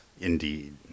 Indeed